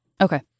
Okay